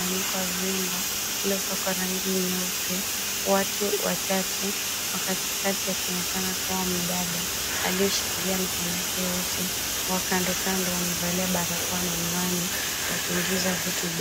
Ndani ya nyumba iliyopakwa rangi nyeupe watu wachache, wakatikati anaonekana kuwa mdada aliye jishikilia mikono yake yote, wa kandokando amevalia barakoa na miwani wakiingiza vitu.